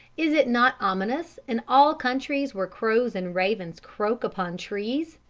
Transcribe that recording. is it not ominous in all countries where crows and ravens croak upon trees?